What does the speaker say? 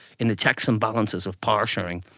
in the checks and balances of power-sharing,